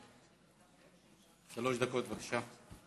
שלוש דקות, בבקשה.